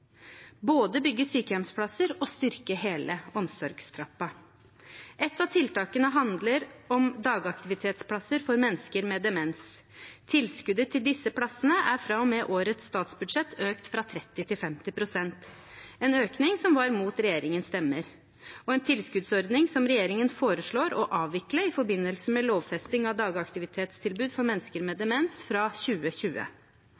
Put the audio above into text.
både bygge sykehjemsplasser og styrke hele omsorgstrappen. Et av tiltakene handler om dagaktivitetsplasser for mennesker med demens. Tilskuddet til disse plassene er fra og med årets statsbudsjett økt fra 30 pst. til 50 pst., en økning som da var mot regjeringspartienes stemmer, og det er en tilskuddsordning som regjeringen foreslår å avvikle i forbindelse med lovfesting av dagaktivitetstilbud for mennesker med